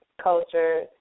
Culture